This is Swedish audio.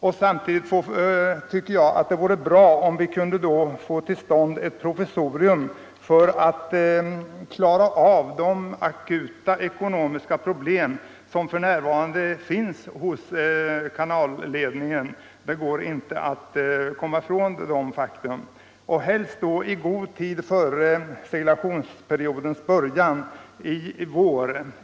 Jag tycker att det vore bra om vi samtidigt kunde få till stånd ett provisorium för att klara av de ekonomiska problem som kanalledningen för närvarande har — det går inte att komma ifrån. Helst skulle detta ske före seglationsperiodens början i vår.